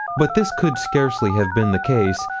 but this could scarcely have been the case,